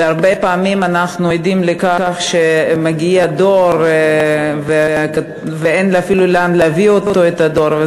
והרבה פעמים אנחנו עדים לכך שמגיע דואר ואין אפילו לאן להביא את הדואר,